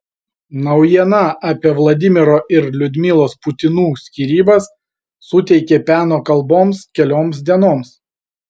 naujiena apie vladimiro ir liudmilos putinų skyrybas suteikė peno kalboms kelioms dienoms